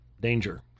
danger